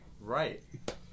Right